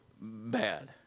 bad